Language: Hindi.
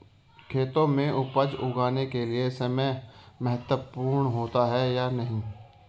खेतों में उपज उगाने के लिये समय महत्वपूर्ण होता है या नहीं?